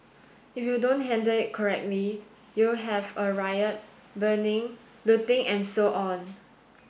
if you don't handle it correctly you'll have a riot burning looting and so on